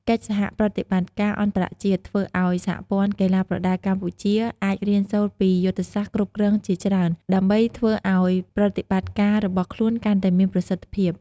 កិច្ចសហប្រតិបត្តិការអន្តរជាតិ ធ្វើឲ្យសហព័ន្ធកីឡាប្រដាល់កម្ពុជា អាចរៀនសូត្រពីយុទ្ធសាស្ត្រគ្រប់គ្រងជាច្រើន ដើម្បីធ្វើឲ្យប្រតិបត្តិការរបស់ខ្លួនកាន់តែមានប្រសិទ្ធភាព។